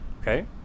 Okay